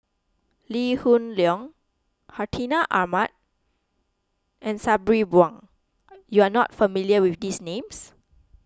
Lee Hoon Leong Hartinah Ahmad and Sabri Buang you are not familiar with these names